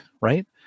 Right